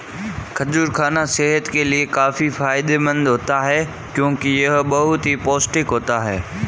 खजूर खाना सेहत के लिए काफी फायदेमंद होता है क्योंकि यह बहुत ही पौष्टिक होता है